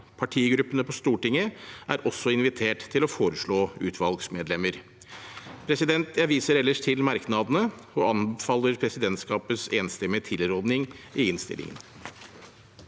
Partigruppene på Stortinget er også invitert til å foreslå utvalgsmedlemmer. Jeg viser ellers til merknadene og anbefaler presidentskapets enstemmige tilråding i innstillingen.